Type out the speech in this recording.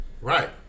right